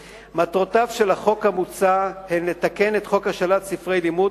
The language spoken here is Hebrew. מטרותיו של החוק המוצע הן לתקן את חוק השאלת ספרי לימוד